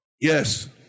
Yes